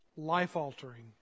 Life-altering